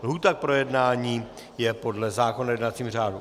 Lhůta k projednání je podle zákona o jednacím řádu.